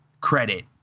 credit